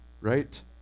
right